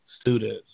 students